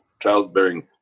childbearing